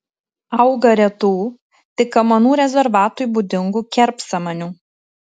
auga retų tik kamanų rezervatui būdingų kerpsamanių